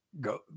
go